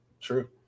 true